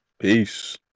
Peace